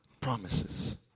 promises